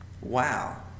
Wow